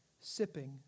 sipping